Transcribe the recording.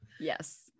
Yes